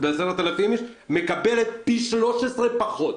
מקבלת פי 13 פחות